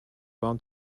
bound